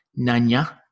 nanya